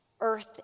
earth